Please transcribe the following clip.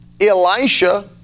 Elisha